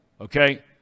Okay